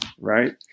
right